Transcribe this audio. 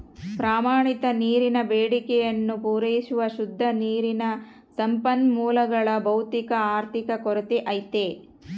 ಪ್ರಮಾಣಿತ ನೀರಿನ ಬೇಡಿಕೆಯನ್ನು ಪೂರೈಸುವ ಶುದ್ಧ ನೀರಿನ ಸಂಪನ್ಮೂಲಗಳ ಭೌತಿಕ ಆರ್ಥಿಕ ಕೊರತೆ ಐತೆ